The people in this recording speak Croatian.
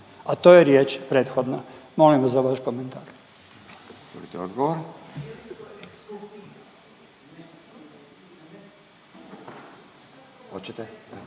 a to je riječ prethodno. Molim vas za vaš komentar.